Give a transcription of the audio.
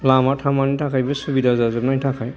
लामा थामानि थाखायबो सुबिदा जाजोबनायनि थाखाय